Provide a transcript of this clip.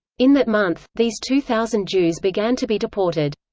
in that month, these two thousand jews began to be deported.